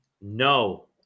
No